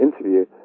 interview